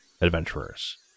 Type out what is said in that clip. adventurers